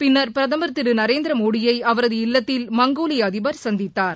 பின்னர் பிரதமர் திரு நரேந்திரமோடியை அவரது இல்லத்தில் மங்கோலிய அதிபர் சந்தித்தார்